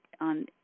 on